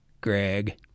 Greg